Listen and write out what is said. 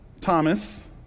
Thomas